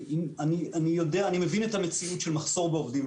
אני מבין את המציאות של מחסור בעובדים,